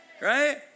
right